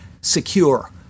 secure